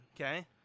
Okay